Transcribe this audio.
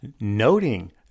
noting